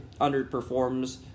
underperforms